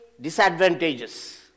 disadvantages